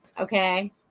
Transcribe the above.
Okay